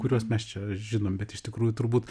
kuriuos mes čia žinom bet iš tikrųjų turbūt